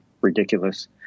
ridiculous